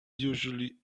usually